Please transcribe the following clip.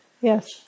Yes